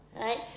Right